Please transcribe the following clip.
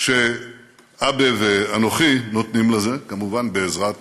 שאבה ואנוכי נותנים לזה, כמובן בעזרת